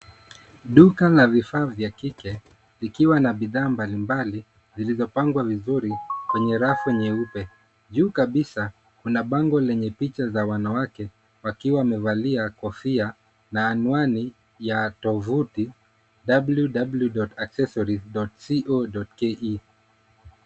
Duka la vifaa vya kike likiwa na bidhaa mbalimbali zilizopangwa vizuri kwenye rafu nyeupe juu kabisa kuna bango lenye picha za wanawake wakiwa wamevalia kofia na anwani ya tovuti www.accesories.co.ke.